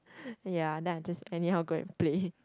ya I just anyhow go and play